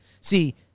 See